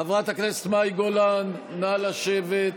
חברת הכנסת מאי גולן, נא לשבת.